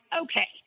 okay